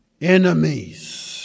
enemies